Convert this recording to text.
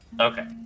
Okay